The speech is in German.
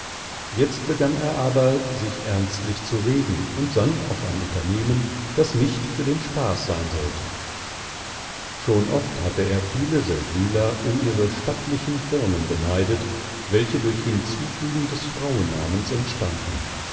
jetzt begann er aber sich ernstlich zu regen und sann auf ein unternehmen das nicht für den spaß sein sollte schon oft hatte er viele seldwyler um ihre stattlichen firmen beneidet welche durch hinzufügen des frauennamens entstanden